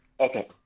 Okay